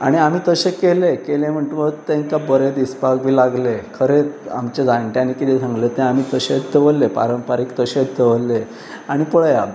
आनी आमी तशें केले केलें म्हण्टकूच तेंकां बरें दिसपाक बी लागले खरेंच आमच्या जाणट्यांनी कितेें सांगलें तें आमी तशेंच दवरलें परंपरीक तशेंच दवरले आनी पळया